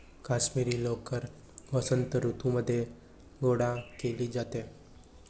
काश्मिरी लोकर वसंत ऋतूमध्ये गोळा केली जाते